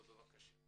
בבקשה,